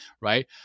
Right